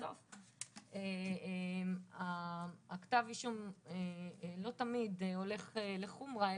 שבסוף כתב האישום לא תמיד הולך לחומרא,